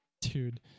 Dude